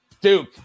Duke